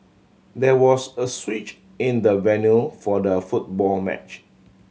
there was a switch in the venue for the football match